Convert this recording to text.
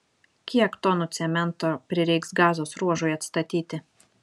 kiek tonų cemento prireiks gazos ruožui atstatyti